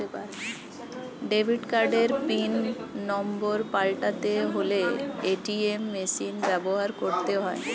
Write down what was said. debit কার্ডের pin number পাল্টাতে হলে এ.টি.এম মেশিন ব্যবহার করতে হয়